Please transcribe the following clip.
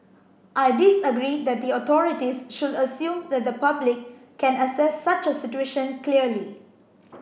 I disagree that the authorities should assume that the public can assess such a situation clearly